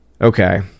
Okay